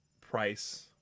price